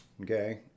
okay